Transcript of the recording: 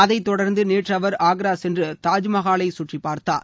அதைத் தொடர்ந்து நேற்று அவர் ஆக்ரா சென்று தாஜ்மஹாலை சுற்றிப்பார்த்தார்